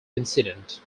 incident